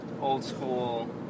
old-school